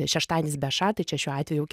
šeštadienis be ša tai čia šiuo atveju